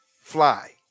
fly